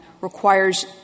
requires